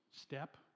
step